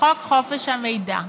לחוק חופש המידע.